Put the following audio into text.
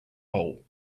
hole